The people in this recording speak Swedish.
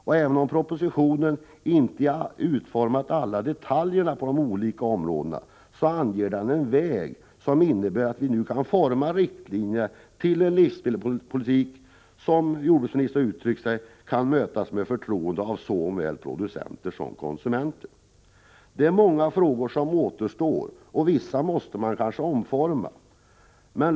Även om man i propositionen inte har utformat alla detaljer på de olika områdena, anger den en väg som innebär att vi nu kan fastlägga riktlinjer för en livsmedelspolitik vilken — som jordbruksministern uttryckt det — kan mötas med förtroende av såväl producenter som konsumenter. Det är många frågor som återstår att lösa, och i vissa måste man kanske omforma sitt ställningstagande.